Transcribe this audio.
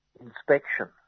inspection